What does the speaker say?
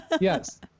Yes